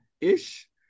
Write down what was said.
ish